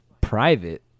private